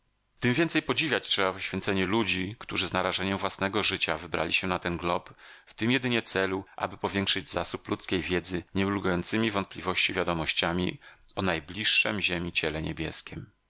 tem więcej podziwiać trzeba poświęcenie ludzi którzy z narażeniem własnego życia wybrali się na ten glob w tym jedynie celu aby powiększyć zasób ludzkiej wiedzy nieulegającymi wątpliwości wiadomościami o najbliższem ziemi ciele niebieskiem